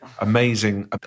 amazing